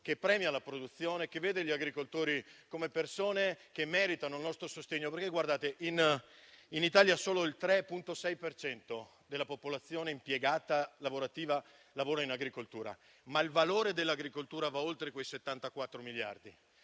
che premia la produzione, che vede gli agricoltori come persone che meritano il nostro sostegno. In Italia solo il 3,6 per cento della popolazione lavorativa è impiegata in agricoltura, ma il valore dell'agricoltura va oltre quei 74 miliardi,